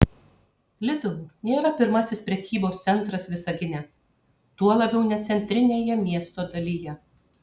lidl nėra pirmasis prekybos centras visagine tuo labiau ne centrinėje miesto dalyje